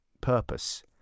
purpose